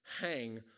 hang